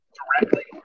directly